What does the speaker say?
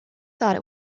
thought